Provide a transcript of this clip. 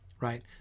right